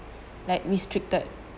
like restricted